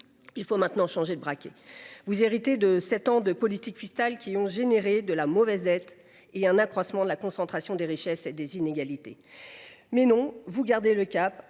il faut maintenant changer de braquet. Vous héritez de sept ans de politiques fiscales qui ont produit de la mauvaise dette et un accroissement de la concentration des richesses et des inégalités. Mais vous gardez le cap,